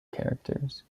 characters